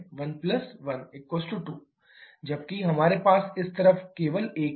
11 2 जबकि हमारे पास इस तरफ केवल एक है